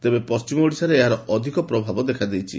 ତେବେ ପଣ୍ଟିମ ଓଡ଼ିଶାରେ ଏହାର ଅଧିକ ପ୍ରଭାବ ଦେଖାଦେଇଛି